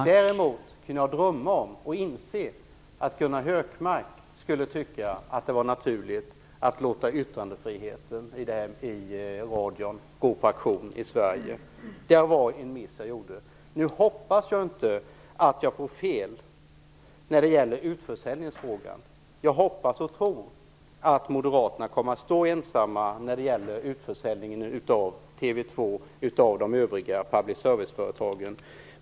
Herr talman! Däremot hade jag insett att Gunnar Hökmark skulle tycka att det var naturligt att låta yttrandefriheten i radion gå på auktion i Sverige. Det var en miss jag gjorde. Nu hoppas jag inte att jag får fel när det gäller utförsäljningsfrågan. Jag hoppas och tror att Moderaterna kommer att stå ensamma när det gäller utförsäljningen av TV 2 - av de övriga public serviceföretagen.